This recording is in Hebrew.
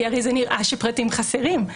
כי הרי זה נראה שפרטים חסרים.